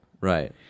Right